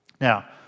Now